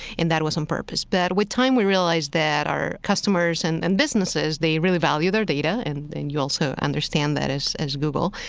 and that was on purpose. but with time, we realized that our customers and and businesses, they really value their data. and then you also understand that as as google.